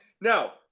Now